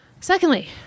secondly